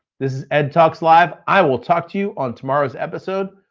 this is ed talks live. i will talk to you on tomorrow's episode.